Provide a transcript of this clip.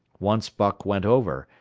once buck went over,